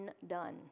undone